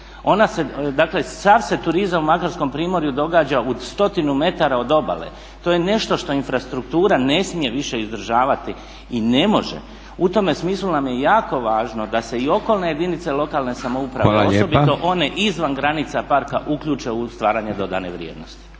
dakle sav se turizam u Makarskom primorju događa u stotinu metara od obale, to je nešto što infrastruktura ne smije više izdržavati i ne može. U tome smislu nam je jako važno da se i okolne jedinice lokalne samouprave osobito one izvan granica parka uključe u stvaranje dodane vrijednosti.